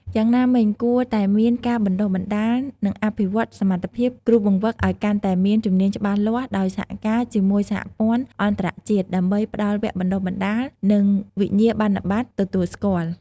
យ៉ាងណាមិញគួរតែមានការបណ្តុះបណ្តាល និងអភិវឌ្ឍសមត្ថភាពគ្រូបង្វឹកឱ្យកាន់តែមានជំនាញច្បាស់លាស់ដោយសហការជាមួយសហព័ន្ធអន្តរជាតិ ដើម្បីផ្ដល់វគ្គបណ្តុះបណ្តាល និងវិញ្ញាបនបត្រទទួលស្គាល់។